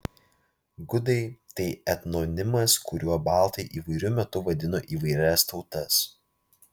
gudai tai etnonimas kuriuo baltai įvairiu metu vadino įvairias tautas